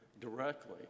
directly